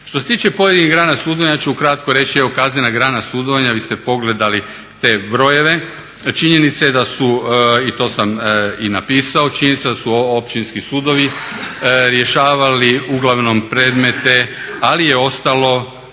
Što se tiče pojedinih grana sudova ja ću ukratko reći, evo kaznena grana sudovanja, vi ste pogledali te brojeve. Činjenica je da su i to sam i napisao, činjenica je da su Općinski sudovi rješavali uglavnom predmete, ali je ostalo